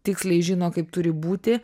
tiksliai žino kaip turi būti